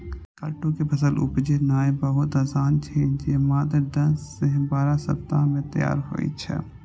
कट्टू के फसल उपजेनाय बहुत आसान छै, जे मात्र दस सं बारह सप्ताह मे तैयार होइ छै